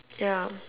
ya